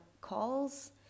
calls